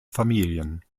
familien